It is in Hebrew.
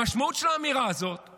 המשמעות של האמירה הזאת היא